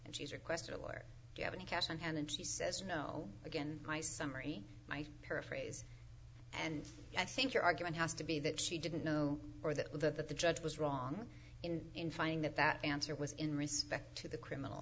and she's requested a lawyer get any cash on hand and she says no again my summary my paraphrase and i think your argument has to be that she didn't know or that that that the judge was wrong in in finding that that answer was in respect to the criminal